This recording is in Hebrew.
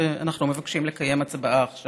ואנחנו מבקשים לקיים הצבעה עכשיו.